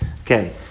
Okay